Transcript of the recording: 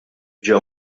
ġew